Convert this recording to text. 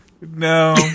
No